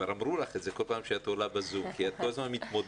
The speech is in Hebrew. כבר אמרו לך את זה כל פעם שאת עולה ב-זום כי את כל הזמן מתמודדת